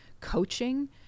coaching